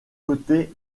coté